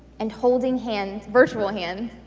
and holding hands, virtual hands,